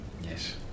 yes